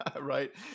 right